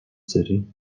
city